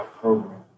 program